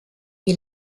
est